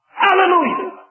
Hallelujah